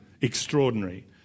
Extraordinary